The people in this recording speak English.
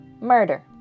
Murder